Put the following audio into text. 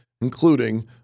including